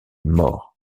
mort